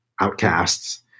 outcasts